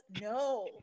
No